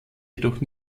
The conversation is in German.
jedoch